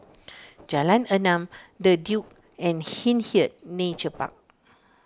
Jalan Enam the Duke and Hindhede Nature Park